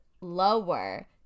lower